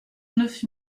neuf